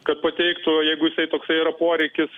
kad pateiktų jeigu jisai toksai yra poreikis